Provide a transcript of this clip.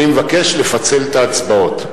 אני מבקש לפצל את ההצבעות.